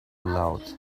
aloud